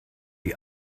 die